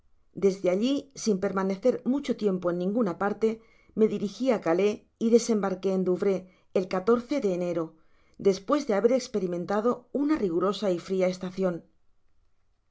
de alli sin permanecer mucho tiempo en ninguna parte me diriji á calais y dtsembarqué en donvres el de enero despues de haber esperimentado una rigorosa y fria estacion